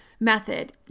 Method